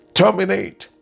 terminate